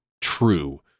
true